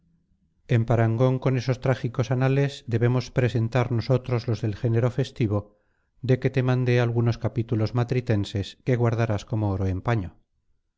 en parangón con esos trágicos anales debemos presentar nosotros los del género festivo de que te mandé algunos capítulos matritenses que guardarás como oro en paño